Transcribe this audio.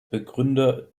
begründer